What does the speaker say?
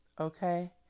Okay